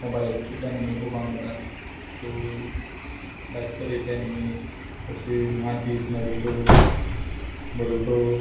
मोबायलाचे तुका एनिमी पोळोपा मेयटा सो जायते तरेचे एनिमी कशें वन पीस नरुटो बरुटो